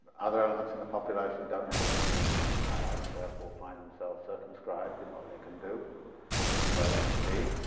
other elements in the population don't have as much economic power, and therefore find themselves circumscribed in what they can do and where they can be.